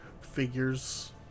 figures